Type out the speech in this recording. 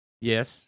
Yes